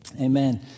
amen